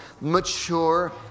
mature